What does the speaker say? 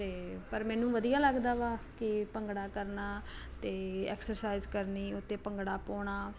ਅਤੇ ਪਰ ਮੈਨੂੰ ਵਧੀਆ ਲੱਗਦਾ ਵਾ ਕਿ ਭੰਗੜਾ ਕਰਨਾ ਅਤੇ ਐਕਸਰਸਾਈਜ਼ ਕਰਨੀ ਉੱਤੇ ਭੰਗੜਾ ਪਾਉਣਾ